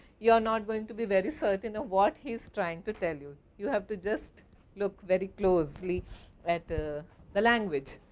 you are not going to be very certain what he is trying to tell you? you have to just look very closely at the the language.